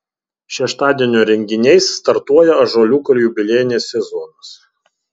šeštadienio renginiais startuoja ąžuoliuko jubiliejinis sezonas